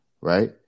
right